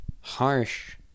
harsh